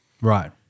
Right